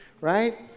right